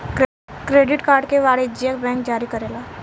credit card के वाणिजयक bank जारी करेला